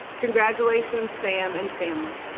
congratulations, sam and family.